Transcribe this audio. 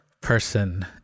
person